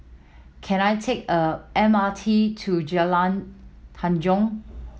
can I take a M R T to Jalan Tanjong